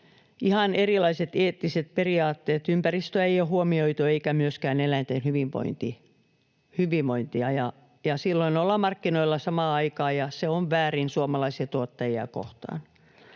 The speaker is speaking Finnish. ihan erilaiset eettiset periaatteet. Ympäristöä ei ole huomioitu eikä myöskään eläinten hyvinvointia, ja silloin ollaan markkinoilla samaan aikaan, ja se on väärin suomalaisia tuottajia kohtaan.